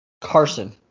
Carson